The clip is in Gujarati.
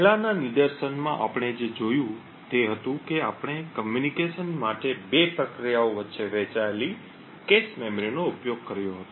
પહેલાનાં નિદર્શનમાં આપણે જે જોયું તે હતું કે આપણે કમ્યુનિકેશન માટે 2 પ્રક્રિયાઓ વચ્ચે વહેંચેલી કૅશ મેમરીનો ઉપયોગ કર્યો હતો